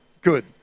Good